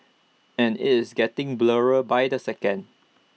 and IT is getting blurrier by the second